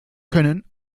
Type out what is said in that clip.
können